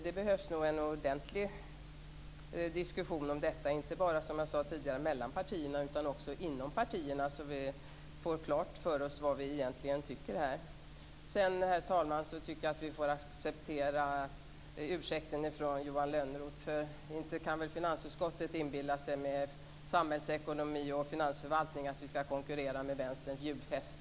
Det behövs nog en ordentlig diskussion om detta, inte bara som jag sade tidigare mellan partierna utan också inom partierna så att vi får klart för oss vad vi egentligen tycker i den här frågan. Herr talman! Jag tycker att vi får acceptera Johan Lönnroths ursäkt. Inte kan väl finansutskottet inbilla sig att vi med samhällsekonomi och finansförvaltning kan konkurrera med Vänsterns julfest.